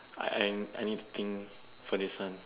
I I anything for this one